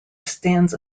stands